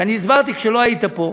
ואני הסברתי כשלא היית פה,